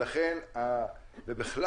ובכלל,